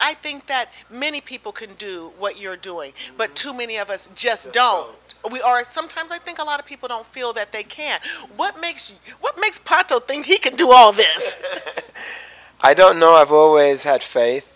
i think that many people can do what you're doing but too many of us just don't we are sometimes i think a lot of people don't feel that they can what makes what makes pottle think he can do all this i don't know i've always had faith